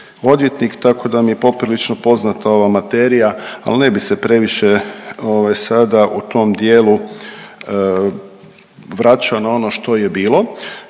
odvjetnik, tako da mi je poprilično poznata ova materija, ali ne bih se previše sada u tom dijelu vraćao na ono što je bilo.